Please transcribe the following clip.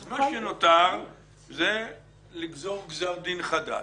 אז מה שנותר זה לגזור גזר דין חדש.